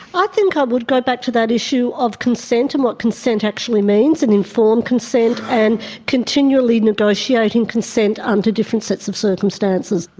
i think i would go back to that issue of consent and what consent actually means and informed consent and continually negotiating consent under different sets of circumstances.